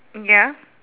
ya